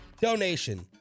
Donation